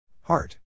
heart